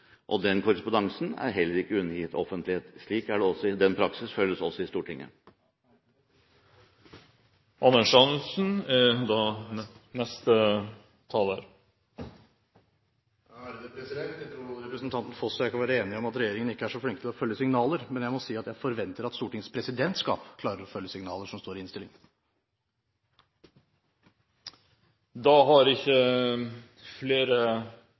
budsjettet. Den korrespondansen er heller ikke undergitt offentlighet. Den praksis følges også i Stortinget. Jeg tror både representanten Foss og jeg kan være enige om at regjeringen ikke er så flink til å følge signaler, men jeg må si at jeg forventer at Stortingets presidentskap klarer å følge signaler som står i innstillingen. Flere har ikke